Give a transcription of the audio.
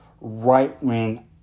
right-wing